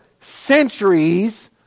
centuries